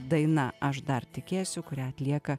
daina aš dar tikėsiu kurią atlieka